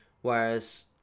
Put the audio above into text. Whereas